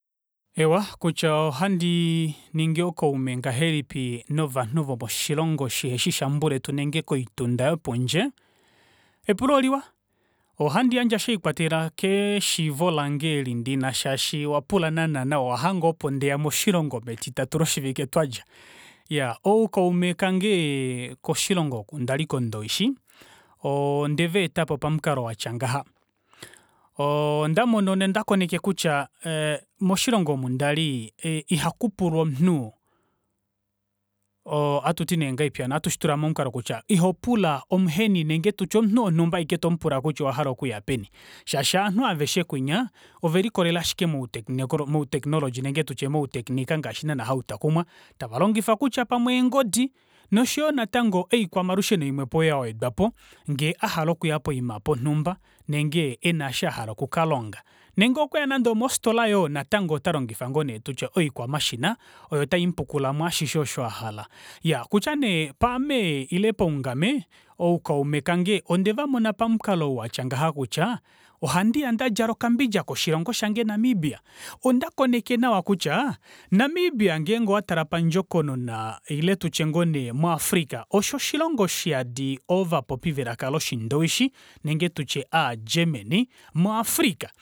Eewa kutya ohandi ningi ookaume ngahelipi novanhu vehefi vomoshilongo shambuletu nenge koitunda yopondje epulo oliwa ohandi yandje shelikwatelela keshivo lange eli ndina shaashi owapula naana nawa owahanga opo ndeya moshilongo metitatu loshivike twadja iyaa oukaume kange koshilongo oko ndali ko ndowishi ondeweetapo pomukalo watya ngaha ondamona nonda koneka kutya moshilongo omo ndali ihamupulwa omunhu ohatuti nee ngahelipi hano ohatuti momukalo kutya ihopula omuyeni nenge tutye omunhu wonhumba kutya owahala okuya peni shaashi ovanhu aveshe kunya ovelikololela ashike moutekinology nenge tutye moutekinika ngaashi naana hautakumwa tavalongifa kutya pamwe eengodi noshoyo natango oikwamalusheno imwepo oyo yawedwapo ngee ahala okuya poima ponumba nenge ena eshi ahala oku kalonga nenge okuye nande omofitola ota longifa yoo tuu natango tutye oikwamashina oyo taimupukulula ashishe osho ahala iyaa okutya nee kwaame ile paungame ookaume kange ondevamona pamukalo watya ngaha kutya ohandiya dadjala okambidja koshilongo shange namibia onda koneka nawa kutya namibia ngenge owatale pandjokonona ile tutye ngoo nee mu africa osho oshilongo osho oshilongo shiyadi ovapopi velaka loshindowishi nenge tutye aa germany mu africa